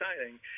exciting